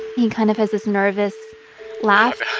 he kind of has this nervous laugh